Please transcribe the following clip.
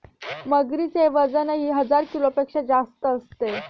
मगरीचे वजनही हजार किलोपेक्षा जास्त असते